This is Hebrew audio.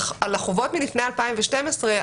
השיטה היתה אחרת על החובות מלפני 2012,